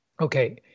Okay